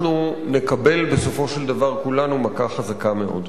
אנחנו נקבל בסופו של דבר, כולנו, מכה חזקה מאוד.